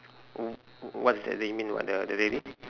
w~ what is that do you mean what the the lady